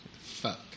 Fuck